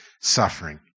suffering